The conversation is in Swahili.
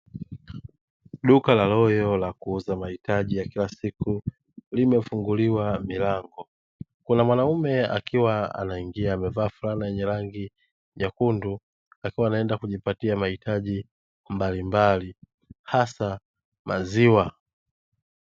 Duka la Loyal la kuuza mahitaji ya kila siku lililofunguliwa mlango, kuna mwanaume akiwa anaingia amevaa fulana ya rangi nyekundu, akiwa anaenda kujipatia mahitaji mbalimbali haswa maziwa.